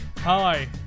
Hi